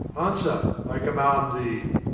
answer, i command thee!